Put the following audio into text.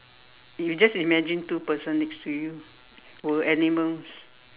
you just imagine two person next to you were animals